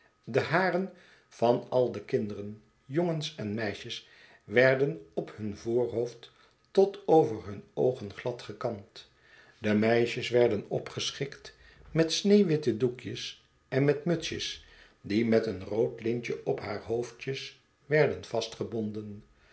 de haren van al de kinderen jongens en meisjes werden op hun voorhoofd tot over hun oogen glad gekamd de meisjes werden opgeschikt met sneeuw witte doekjes en met mutsjes die met een rood lintje op haar hoofdjes werden